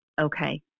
okay